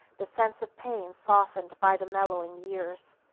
the sense of pain softened by the mellowing years,